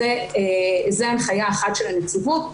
זו הנחייה אחת של הנציבות.